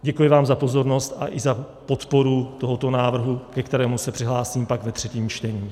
Děkuji vám za pozornost i za podporu tohoto návrhu, ke kterému se přihlásím pak ve třetím čtení.